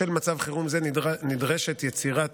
בשל מצב חירום זה נדרשת יצירת